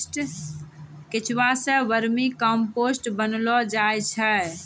केंचुआ सें vermicompost बनैलो जाय छै